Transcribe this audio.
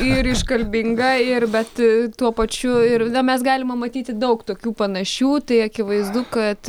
ir iškalbinga ir bet tuo pačiu ir mes galima matyti daug tokių panašių tai akivaizdu kad